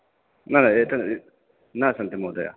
न एतद् न सन्ति महोदय